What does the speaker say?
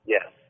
Yes